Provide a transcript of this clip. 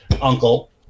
uncle